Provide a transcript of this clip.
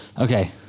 Okay